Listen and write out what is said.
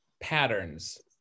patterns